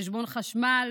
חשבון חשמל